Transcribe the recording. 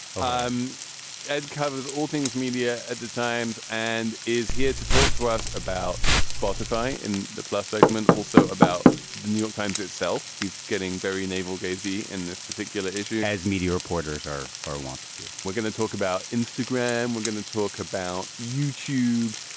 um covers all things media at the times and is here to talk to us about spotify and the plus segment, also about the new york times itself. he's getting very navel gazing in this particular issue as media reporters are are wont to do. we're going to talk about instagram. we're going to talk about youtube.